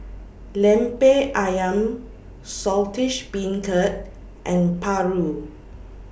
Lemper Ayam Saltish Beancurd and Paru